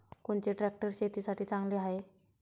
कोनचे ट्रॅक्टर शेतीसाठी चांगले हाये?